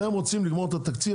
אתם רוצים לגמור את התקציב,